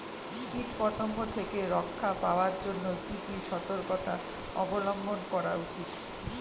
কীটপতঙ্গ থেকে রক্ষা পাওয়ার জন্য কি কি সর্তকতা অবলম্বন করা উচিৎ?